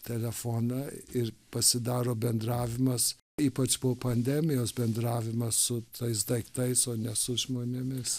telefoną ir pasidaro bendravimas ypač po pandemijos bendravimas su tais daiktais o ne su žmonėmis